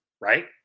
right